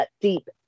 deep